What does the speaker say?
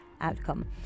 outcome